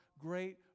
great